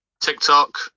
TikTok